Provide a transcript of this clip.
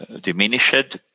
diminished